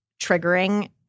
triggering